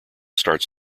starts